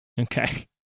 Okay